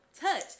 touch